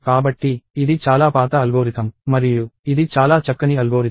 కాబట్టి ఇది చాలా పాత అల్గోరిథం మరియు ఇది చాలా చక్కని అల్గోరిథం